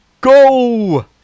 go